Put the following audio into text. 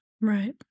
Right